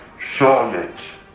Charlotte